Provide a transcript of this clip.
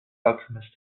alchemist